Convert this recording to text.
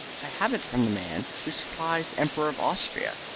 i have it from the man who supplies the emperor of austria,